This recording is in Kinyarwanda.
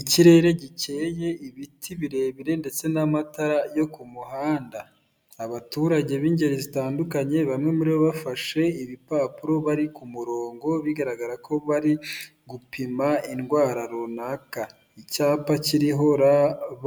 Ikirere gikeye, ibiti birebire ndetse n'amatara yo ku muhanda. Abaturage b'ingeri zitandukanye, bamwe muri bo bafashe ibipapuro bari ku murongo, bigaragara ko bari gupima indwara runaka. Icyapa kiriho r,b